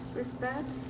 respect